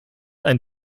ein